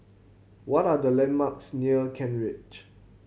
what are the landmarks near Kent Ridge